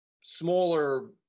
smaller